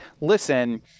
listen